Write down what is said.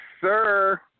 sir